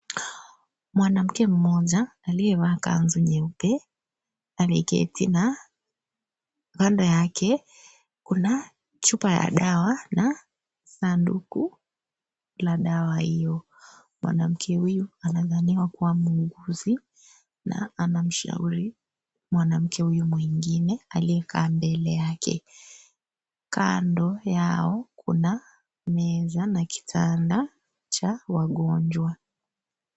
Mwanamke mmoja aliyevaa kanzu nyeupe ameketi na kando yake kuna chupa ya dawa na sanduku la dawa hiyo . Mwanamke huyu anadhaniwa kuwa muuguzi na anamshauri mwanamke huyu mwingine aliyekaa mbele yake . Kando yao kuna meza na kitanda cha wagonjwa .